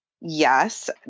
Yes